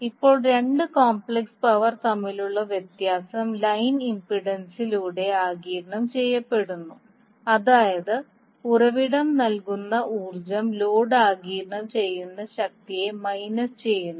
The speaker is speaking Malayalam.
ഇപ്പോൾ രണ്ട് കോംപ്ലക്സ് പവർ തമ്മിലുള്ള വ്യത്യാസം ലൈൻ ഇംപെഡൻസിലൂടെ ആഗിരണം ചെയ്യപ്പെടുന്നു അതായത് ഉറവിടം നൽകുന്ന ഊർജ്ജം ലോഡ് ആഗിരണം ചെയ്യുന്ന ശക്തിയെ മൈനസ് ചെയ്യുന്നു